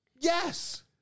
Yes